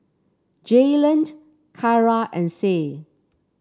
Jaylen Kyara and Sie